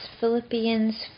Philippians